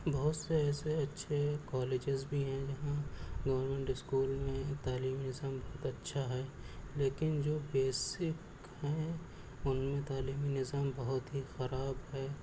بہت سے ایسے اچھے کالجیز بھی ہیں جہاں گورمینٹ اسکول میں تعلیمی نظام بہت اچھا ہے لیکن جو بیسک ہیں ان میں تعلیمی نظام بہت ہی خراب ہے